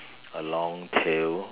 a long tail